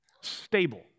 stable